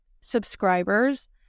subscribers